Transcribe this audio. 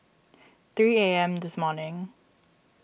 three A M this morning